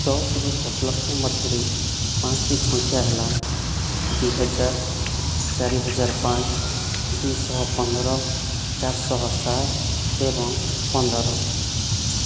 ଦଶରୁ ଦଶଲକ୍ଷ ମଧ୍ୟରେ ପାଞ୍ଚଟି ସଂଖ୍ୟା ହେଲା ଦୁଇହଜାର ଚାରିହଜାର ପାଞ୍ଚ ଦୁଇଶହ ପନ୍ଦର ଚାରିଶହ ସାତ ଏବଂ ପନ୍ଦର